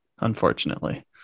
unfortunately